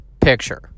picture